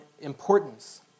importance